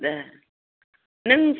दे नों